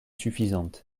suffisante